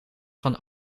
van